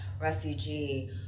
refugee